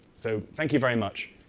so thank you very much.